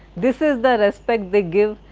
this is the respect they give,